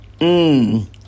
Mmm